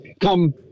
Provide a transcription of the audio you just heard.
come